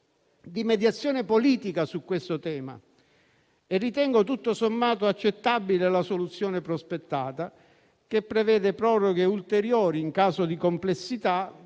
di mediazione politica sul tema e ritengo tutto sommato accettabile la soluzione prospettata, che prevede proroghe ulteriori in caso di complessità